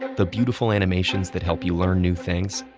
the beautiful animations that help you learn new things?